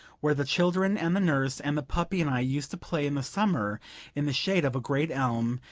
where the children and the nurse and the puppy and i used to play in the summer in the shade of a great elm,